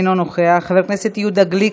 אינו נוכח, חבר הכנסת יהודה גליק,